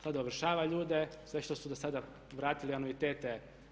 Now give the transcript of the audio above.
Sad ovršava ljude, sve što su do sada vratili anuitete.